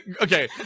okay